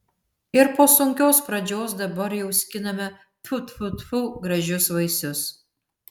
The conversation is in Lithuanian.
ir po sunkios pradžios dabar jau skiname tfu tfu tfu gražius vaisius